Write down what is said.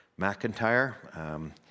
McIntyre